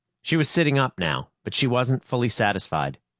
she was sitting up now, but she wasn't fully satisfied.